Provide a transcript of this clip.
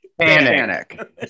panic